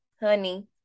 honey